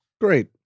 great